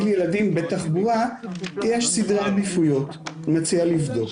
ילדים בתחבורה יש סדרי עדיפויות ואני מציע לבדוק.